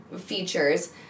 features